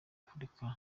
afurika